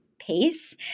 Pace